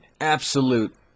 absolute